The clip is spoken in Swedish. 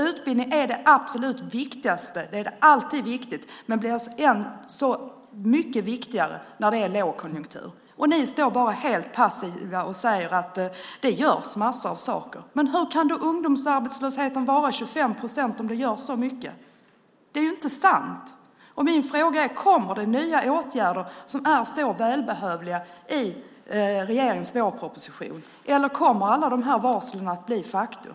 Utbildning är det absolut viktigaste. Det är alltid viktigt, men det blir så mycket viktigare när vi har lågkonjunktur. Ni står bara helt passiva och säger att det görs massor av saker. Men hur kan då ungdomsarbetslösheten vara 25 procent, om det görs så mycket? Det är ju inte sant. Min fråga är: Kommer det nya åtgärder, som är så välbehövliga, i regeringens vårproposition? Eller kommer alla varsel att bli faktum?